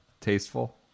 tasteful